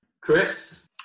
Chris